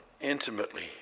intimately